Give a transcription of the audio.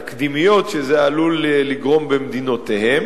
התקדימיות שזה עלול לגרום במדינותיהם.